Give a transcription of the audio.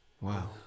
Wow